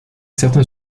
certain